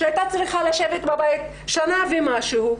שהייתה צריכה לשבת בבית שנה ומשהו,